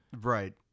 Right